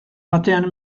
batean